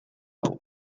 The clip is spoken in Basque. hau